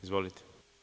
Izvolite.